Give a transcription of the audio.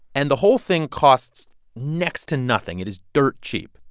and the whole thing costs next to nothing. it is dirt cheap.